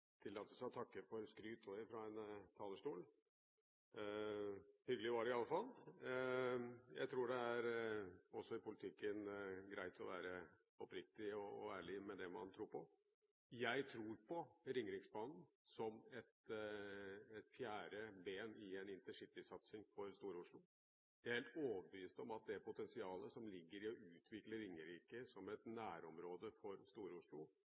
seg å takke for skryt, også fra en talerstol. Hyggelig var det i alle fall. Jeg tror det også i politikken er greit å være oppriktig og ærlig med det man tror på. Jeg tror på Ringeriksbanen som et fjerde ben i en intercitysatsing for Stor-Oslo. Jeg er helt overbevist om at det potensialet som ligger i å utvikle Ringerike som et nærområde for